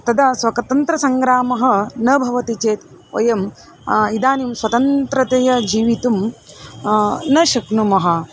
तदा स्वातन्त्र्यसङ्ग्रामः न भवति चेत् वयं इदानीं स्वतन्त्रतया जीवितुं न शक्नुमः